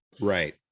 right